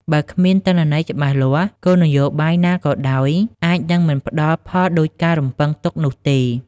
បើគ្មានទិន្នន័យច្បាស់លាស់ គោលនយោបាយណាក៏ដោយអាចនឹងមិនផ្តល់ផលដូចការរំពឹងទុកនោះទេ។